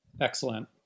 Excellent